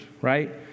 right